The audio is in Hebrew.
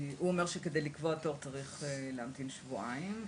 הוא אומר שכדי לקבוע תור צריך להמתין שבועיים.